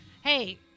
Hey